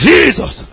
Jesus